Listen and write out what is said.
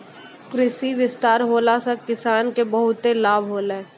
कृषि विस्तार होला से किसान के बहुते लाभ होलै